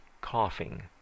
coughing